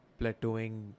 plateauing